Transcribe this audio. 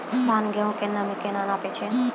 धान, गेहूँ के नमी केना नापै छै?